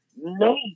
no